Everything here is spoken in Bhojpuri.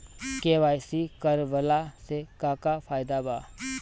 के.वाइ.सी करवला से का का फायदा बा?